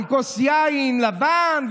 עם כוס יין לבן,